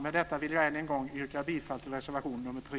Med detta vill jag än en gång yrka bifall till reservation nr 3.